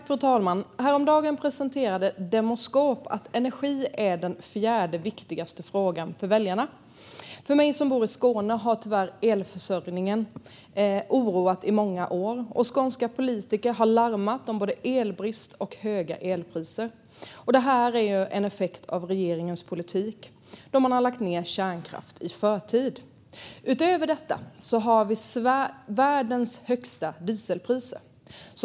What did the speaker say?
Fru talman! Häromdagen presenterade Demoskop att energi är den fjärde viktigaste frågan för väljarna. För mig som bor i Skåne har tyvärr elförsörjningen varit oroande i många år, och skånska politiker har larmat om både elbrist och höga elpriser. Detta är ju en effekt av regeringens politik. Man har lagt ned kärnkraft i förtid. Utöver detta har vi Sverige världens högsta dieselpris.